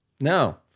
no